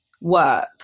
work